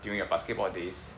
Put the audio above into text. during your basketball days